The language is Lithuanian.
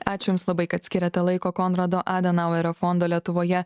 ačiū jums labai kad skyrėte laiko konrado adenauerio fondo lietuvoje